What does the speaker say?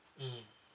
mmhmm